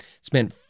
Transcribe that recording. spent